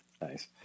Nice